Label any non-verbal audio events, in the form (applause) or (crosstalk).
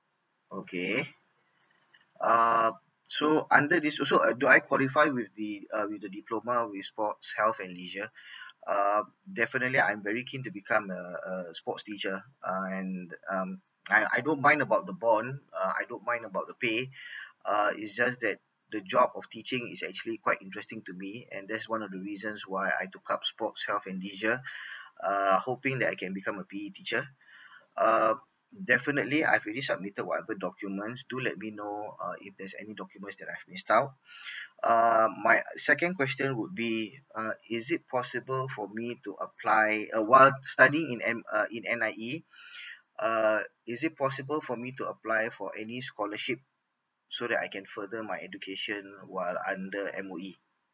okay uh so under this also err do I qualify with the err with the diploma with sports health and leisure uh definitely I'm very keen to become a a sports teacher and um I I don't mind about the bond uh I don't mind about the pay uh is just that the job of teaching is actually quite interesting to me and that's one of the reasons why I took up sports health and leisure (breath) err hoping that I can become a P_E teacher (breath) uh definitely I've already submitted whatever documents do let me know uh if there's any documents that I've missed out uh my second question would be uh is it possible for me to apply uh while studying in M uh in N_I_E err is it possible for me to apply for any scholarship so that I can further my education while under M_O_E